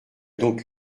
donc